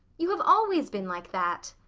you have always been like that.